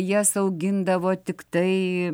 jas augindavo tiktai